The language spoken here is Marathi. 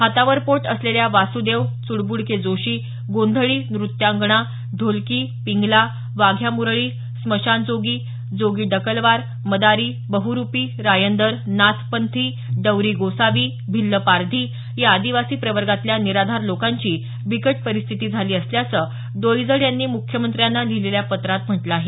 हातावर पोट असलेल्या वासुदेव चुडबुडके जोशी गोंधळी नृत्यांगणा ढोलकी पिंगला वाघ्या मुरळी स्मशानजोगी जोगी डकलवार मदारी बहुरूपी रायंदर नाथपंथी डवरी गोसावी भिल्ल पारधी या आदिवासी प्रवर्गातल्या निराधार लोकांची बिकट परिस्थिती झाली असल्याचं डोईजड यांनी मुख्यमंत्र्यांना लिहिलेल्या पत्रात म्हटलं आहे